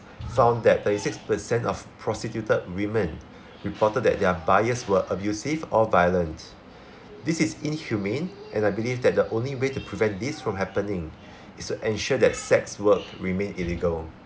found that thirty six percent of prostituted women reported that their buyers were abusive or violent this is inhumane and I believe that the only way to prevent this from happening is to ensure that sex work remain illegal